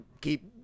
keep